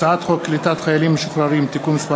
הצעת חוק קליטת חיילים משוחררים (תיקון מס'